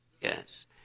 Yes